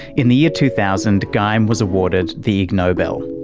in the year two thousand geim was awarded the ig nobel.